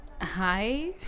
hi